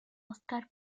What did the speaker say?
óscar